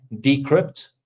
decrypt